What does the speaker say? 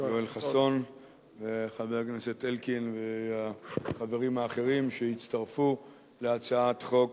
יואל חסון ולחבר הכנסת אלקין ולחברים האחרים שהצטרפו להצעת חוק